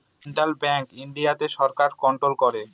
central bank ইন্ডিয়াতে সরকার control করে